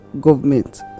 government